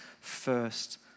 first